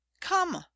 come